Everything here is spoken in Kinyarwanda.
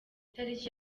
tariki